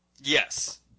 yes